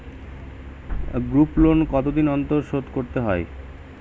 Group loan কতদিন অন্তর শোধকরতে হয়?